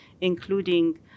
including